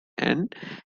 and